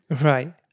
Right